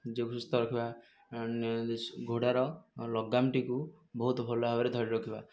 ନିଜକୁ ସୁସ୍ତ ରଖିବା ଘୋଡ଼ାର ଲଗାମଟିକୁ ବହୁତ ଭଲ ଭାବରେ ଧରି ରଖିବା